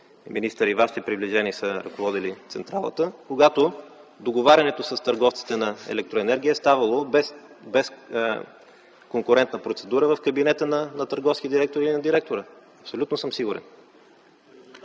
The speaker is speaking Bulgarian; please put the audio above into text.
министър и вашите приближени са ръководили централата, когато договарянето с търговците на електроенергия е ставало без конкурентна процедура в кабинета на търговския директор или на директора. Абсолютно съм сигурен.